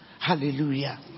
Hallelujah